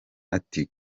ati